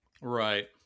Right